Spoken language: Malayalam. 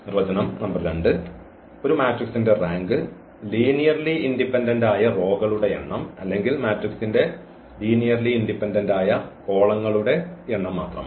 നിർവചനം നമ്പർ 2 ഒരു മാട്രിക്സിന്റെ റാങ്ക് ലീനിയർലി ഇൻഡിപെൻഡൻസ് ആയ റോകളുടെ എണ്ണം അല്ലെങ്കിൽ മാട്രിക്സിന്റെ ലീനിയർലി ഇൻഡിപെൻഡൻസ് ആയ കോളങ്ങളുടെ എണ്ണം മാത്രമാണ്